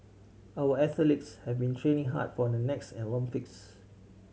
our athletes have been training hard for the next Olympics